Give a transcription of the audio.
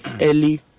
early